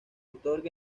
otorga